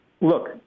Look